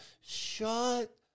Shut